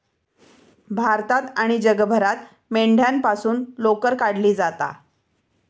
भारतात आणि जगभरात मेंढ्यांपासून लोकर काढली जाता